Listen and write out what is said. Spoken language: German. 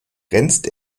grenzt